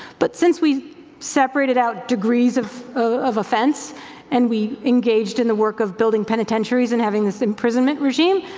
but since we separated out degrees of of offense and we engaged in the work of building penitentiaries and having this imprisonment regime,